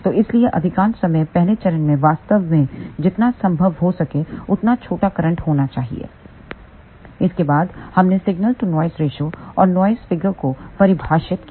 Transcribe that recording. तो इसीलिए अधिकांश समय पहले चरण में वास्तव में जितना संभव हो सकें उतना छोटा करंट होना चाहिए इसके बाद हमने सिगनल टू नॉइस रेशों और नॉइस फिगर को परिभाषित किया